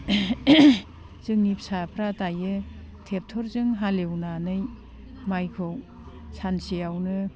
जोंनि फिसाफ्रा दायो ट्रेक्ट'रजों हालेवनानै माइखौ सानसेयावनो